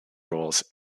roles